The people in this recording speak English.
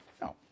No